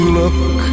look